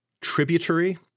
tributary